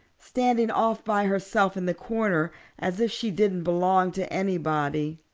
standing off by herself in the corner as if she didn't belong to anybody,